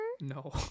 No